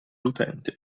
l’utente